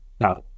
Now